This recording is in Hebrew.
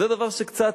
זה דבר שקצת,